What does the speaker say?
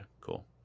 Cool